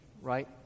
right